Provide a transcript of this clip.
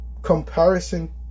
comparison